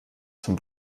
zum